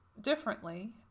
differently